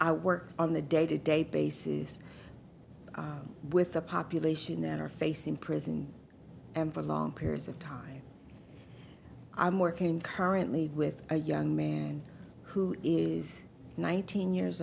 out work on the day to day basis with the population that are facing prison and for long periods of time i'm working currently with a young man who is nineteen years